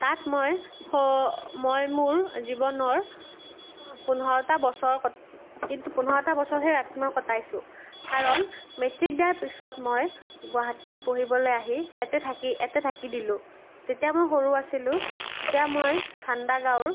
তাত মই মই মোৰ জীৱনৰ পোন্ধৰটা বছৰ পোন্ধৰটা বছৰহে তাত মই কটাইছোঁ কাৰণ মেট্ৰিক দিয়াৰ পিছত মই গুৱাহাটীত পঢ়িবলৈ আহি ইয়াতে থাকি ইয়াতে থাকি দিলোঁ তেতিয়া মই সৰু আছিলোঁ তেতিয়া মই চান্দা গাঁৱৰ